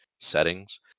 settings